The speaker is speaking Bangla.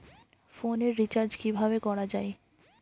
ফোনের রিচার্জ কিভাবে করা যায়?